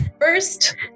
First